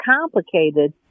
complicated